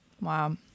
Wow